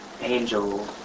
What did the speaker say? angel